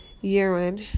urine